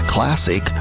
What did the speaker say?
Classic